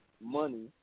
money